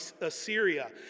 Assyria